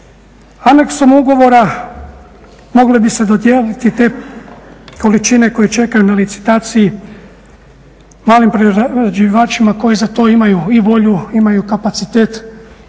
Aneksom ugovora mogli bi se dodijeliti te količine koje čekaju na licitaciji malim prerađivačima koji za to imaju i volju, imaju kapacitet